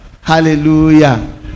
Hallelujah